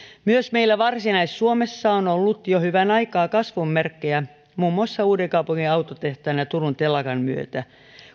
myös meillä varsinais suomessa on ollut jo hyvän aikaa kasvun merkkejä muun muassa uudenkaupungin autotehtaan ja turun telakan myötä